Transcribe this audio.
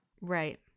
Right